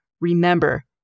remember